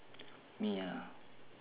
me ah